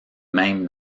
mêmes